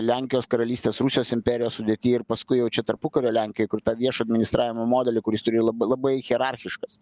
lenkijos karalystės rusijos imperijos sudėty ir paskui jau čia tarpukario lenkijoj kur tą viešo administravimo modelį kuris turi labai labai hierarchiškas